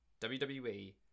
WWE